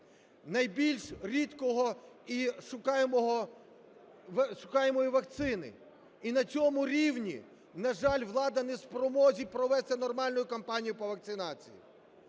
найбільш рідкої і шуканої вакцини. І на цьому рівні, на жаль, влада не в спромозі провести нормальної кампанії по вакцинації.